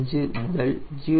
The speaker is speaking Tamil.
45 முதல் 0